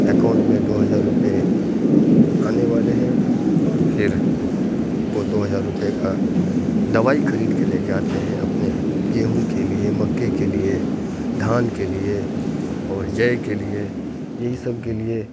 account میں دو ہزار روپئے آنے والے ہیں اور پھر وہ دو ہزار روپئے کا دوائی خرید کے لے کے آتے ہیں اپنے گیہوں کے لیے مکے کے لیے دھان کے لیے اور جے کے لیے یہی سب کے لیے